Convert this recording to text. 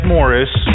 Morris